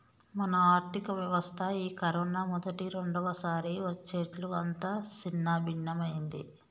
మన ఆర్థిక వ్యవస్థ ఈ కరోనా మొదటి రెండవసారి వచ్చేట్లు అంతా సిన్నభిన్నమైంది